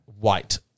white